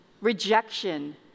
rejection